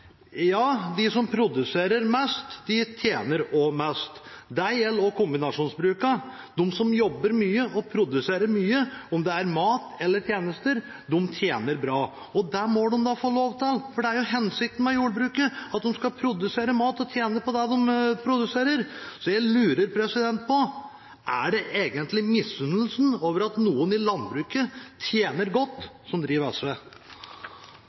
Det gjelder også kombinasjonsbrukene. De som jobber mye og produserer mye – om det er mat eller tjenester – de tjener bra, og det må de da få lov til, for hensikten med jordbruket er jo at de skal produsere mat og tjene på det de produserer! Så jeg lurer på: Er det egentlig misunnelsen over at noen i landbruket tjener godt, som driver SV?